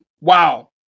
Wow